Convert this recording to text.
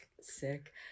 sick